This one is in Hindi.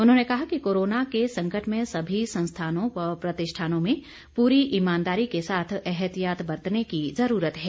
उन्होंने कहा कि कोरोना के संकट में सभी संस्थानों व प्रतिष्ठानों में पूरी ईमानदारी के साथ ऐहतियात बरतने की जरूरत है